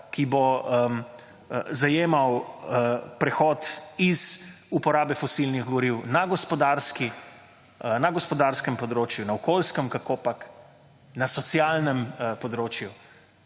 ki bo zajemal prehod iz uporabe fosilnih goriv na gospodarskem področju, na okoljskem, kakopak, na socialnem področju,